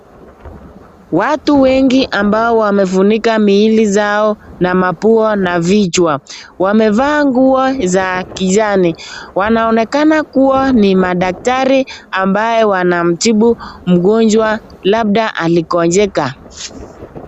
Watu wengi ambao wamefunika miili zao na mapua na vichwa wamevaa nguo za kijani wanaonekana kuwa ni madaktari ambaye wanamtibu mgonjwa labda alikonjeka.